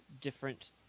different